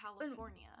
California